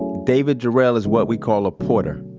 david jarrell is what we call a porter,